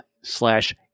slash